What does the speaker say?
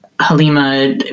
Halima